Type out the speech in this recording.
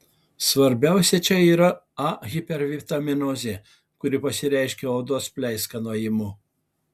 svarbiausia čia yra a hipervitaminozė kuri pasireiškia odos pleiskanojimu